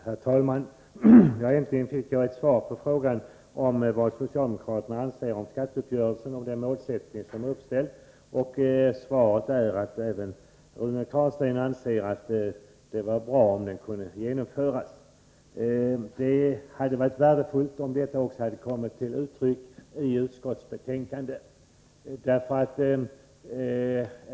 Herr talman! Äntligen fick jag ett svar på frågan om vad socialdemokraterna anser om skatteuppgörelsen och det mål som har ställts upp. Svaret är att även Rune Carlstein anser att det vore bra om skattereformen kunde genomföras. Det hade varit värdefullt om detta också hade kommit till uttryck i utskottsbetänkandet.